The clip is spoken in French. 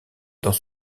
dans